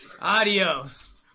adios